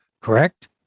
correct